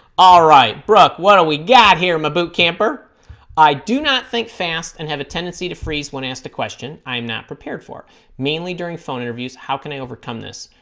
all right brooke why don't we got here i'm a boot camper i do not think fast and have a tendency to freeze when asked a question i am not prepared for mainly during phone interviews how can i overcome this